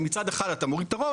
שמצד אחד אתה מוריד את הרוב,